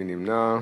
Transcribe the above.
מי נמנע?